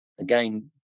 again